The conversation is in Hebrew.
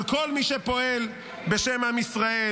אבל כל מי שפועל בשם עם ישראל: